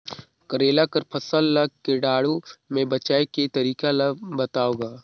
करेला कर फसल ल कीटाणु से बचाय के तरीका ला बताव ग?